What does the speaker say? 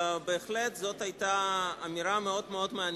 בהחלט זאת היתה אמירה מאוד מאוד מעניינת.